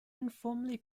informally